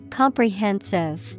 comprehensive